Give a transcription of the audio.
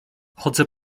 chodzę